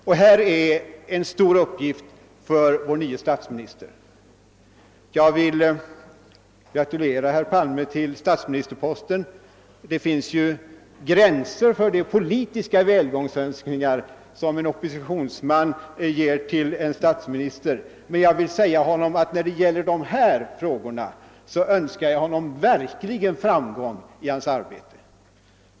Här ligger en stor uppgift för vår nye statsminister. Jag vill gratulera herr Palme till statsministerposten. Det finns ju gränser för de politiska välgångsönskningar som en företrädare för oppositionen ger till en statsminister, men när det gäller den här frågan önskar jag honom verkligen framgång i hans arbete.